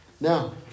Now